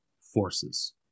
forces